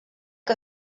que